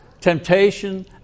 Temptation